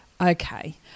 okay